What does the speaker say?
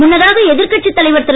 முன்னதாக எதிர்கட்சி தலைவர் திரு